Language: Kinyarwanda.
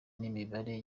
n’imibare